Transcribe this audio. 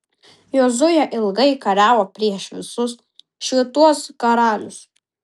jozuė ilgai kariavo prieš visus šituos karalius